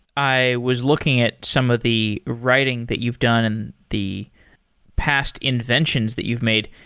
i was looking at some of the writing that you've done and the past inventions that you've made.